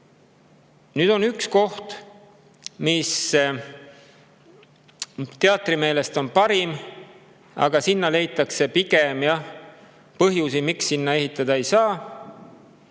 Nüüd on üks koht, mis teatri [juhtkonna] meelest on parim, aga ikka leitakse pigem põhjusi, miks sinna ehitada ei saa.